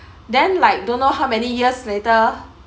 then like don't know how many years later